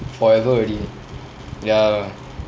forever already ya